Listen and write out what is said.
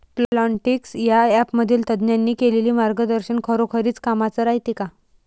Plantix या ॲपमधील तज्ज्ञांनी केलेली मार्गदर्शन खरोखरीच कामाचं रायते का?